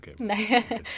okay